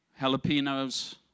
jalapenos